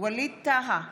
ווליד טאהא,